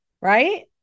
Right